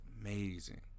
amazing